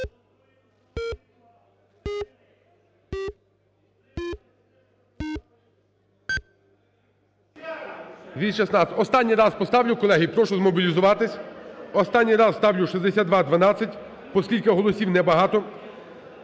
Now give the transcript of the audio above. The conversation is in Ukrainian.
Останній раз поставлю, колеги, і прошу змобілізуватися. Останній раз ставлю 6212, поскільки голосів небагато.